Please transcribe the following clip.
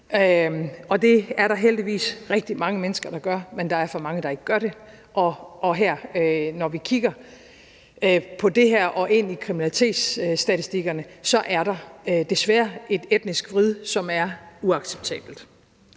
Det er der heldigvis rigtig mange mennesker der gør, men der er for mange, der ikke gør det, og når vi kigger på det her og ned i kriminalitetsstatistikkerne, er der desværre et etnisk vrid, som er uacceptabelt.